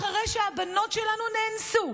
אחרי שהבנות שלנו נאנסו,